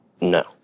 No